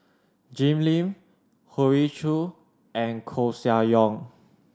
Jim Lim Hoey Choo and Koeh Sia Yong